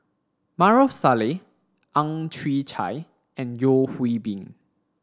Maarof Salleh Ang Chwee Chai and Yeo Hwee Bin